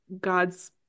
gods